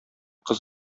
кыз